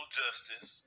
justice